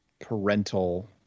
parental